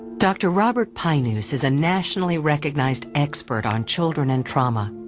dr. robert pines is a nationally recognized expert on children and trauma.